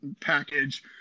package